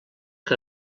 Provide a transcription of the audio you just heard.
que